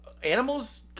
animals